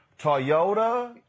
Toyota